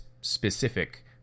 specific